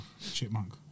Chipmunk